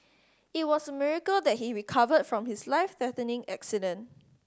it was a miracle that he recovered from his life threatening accident